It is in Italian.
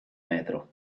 metro